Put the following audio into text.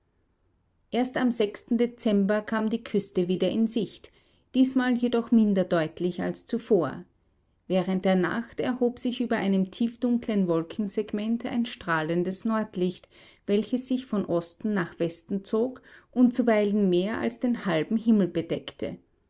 erst am dezember kam die küste wieder in sicht diesmal jedoch minder deutlich als zuvor während der nacht erhob sich über einem tiefdunkeln wolkensegment ein strahlendes nordlicht welches sich von osten nach westen zog und zuweilen mehr als den halben himmel bedeckte